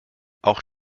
auch